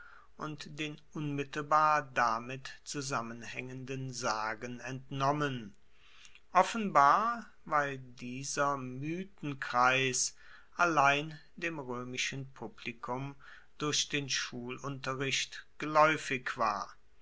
und den unmittelbar damit zusammenhaengenden sagen entnommen offenbar weil dieser mythenkreis allein dem roemischen publikum durch den schulunterricht gelaeufig war